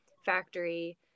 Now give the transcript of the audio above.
factory